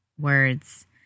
words